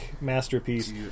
Masterpiece